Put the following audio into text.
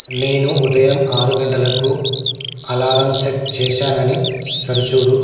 నేను ఉదయం ఆరు గంటలకు అలారం సెట్ చేశానని సరిచూడు